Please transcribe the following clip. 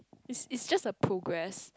it's it's just a progress